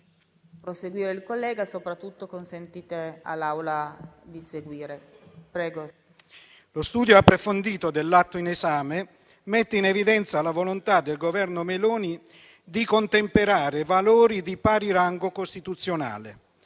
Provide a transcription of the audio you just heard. Lo studio approfondito dell'atto in esame mette in evidenza la volontà del Governo Meloni di contemperare valori di pari rango costituzionale: